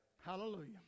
Hallelujah